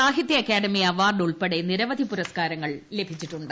സാഹിത്യ അക്കാദമി അവാർഡ് ഉൾപ്പെടെ നിരവധി പുരസ്കാരങ്ങൾ ലഭിച്ചിട്ടുണ്ട്